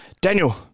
Daniel